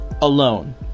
alone